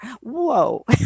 Whoa